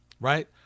right